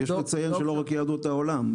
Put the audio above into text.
יש לציין שלא רק יהדות העולם.